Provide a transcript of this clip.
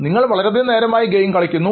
നിങ്ങൾ വളരെയധികം നേരമായി ഗെയിം കളിക്കുന്നു